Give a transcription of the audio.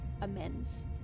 amends